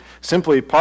simply